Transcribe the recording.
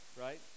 right